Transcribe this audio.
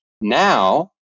Now